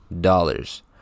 dollars